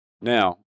Now